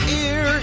ear